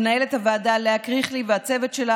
למנהלת הוועדה לאה קריכלי והצוות שלה